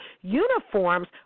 uniforms